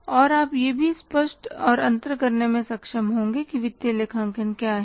और आप यह भी स्पष्ट और अंतर करने में सक्षम होंगे कि वित्तीय लेखांकन क्या है